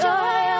Joy